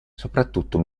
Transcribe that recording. soprattutto